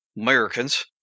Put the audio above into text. Americans